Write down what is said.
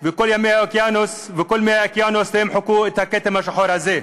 וכל מי האוקיינוס לא ימחקו את הכתם השחור הזה.